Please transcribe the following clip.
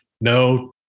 No